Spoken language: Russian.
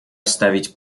оставить